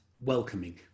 welcoming